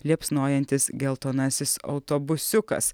liepsnojantis geltonasis autobusiukas